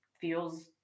feels